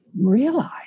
realize